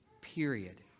Period